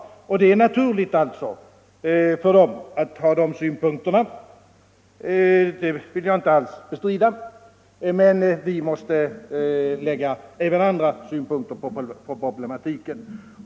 Det är naturligt för dem att ha de synpunkterna, det vill jag inte alls bestrida, men vi måste lägga även andra synpunkter på problematiken.